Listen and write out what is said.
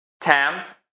TAMS